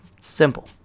Simple